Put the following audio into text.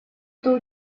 кто